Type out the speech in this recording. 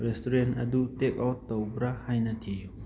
restaurant ꯑꯗꯨ take out ꯇꯧꯕ꯭ꯔꯥ ꯍꯥꯏꯅ ꯊꯤꯌꯨ